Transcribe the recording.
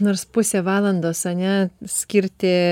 nors pusę valandos ane skirti